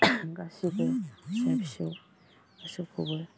गासैबो फिसा फिसौखौबो